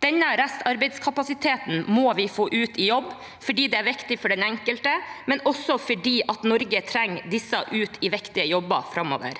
Denne restarbeidskapasiteten må vi få ut i jobb, fordi det er viktig for den enkelte, men også fordi Norge trenger å få disse ut i viktige jobber framover.